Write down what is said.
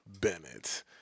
Bennett